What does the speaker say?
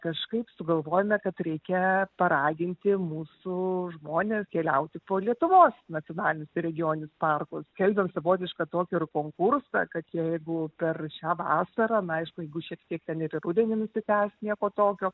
kažkaip sugalvojome kad reikia paraginti mūsų žmones keliauti po lietuvos nacionalinius ir regioninius parkus skelbiam savotišką tokį ir konkursą kad jeigu per šią vasarą na aišku jeigu šiek tiek ten ir į rudenį nusitęs nieko tokio